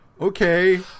okay